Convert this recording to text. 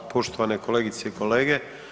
Poštovane kolegice i kolege.